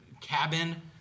cabin